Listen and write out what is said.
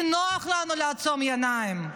כי נוח לנו לעצום עיניים,